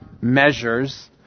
measures